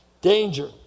danger